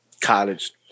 college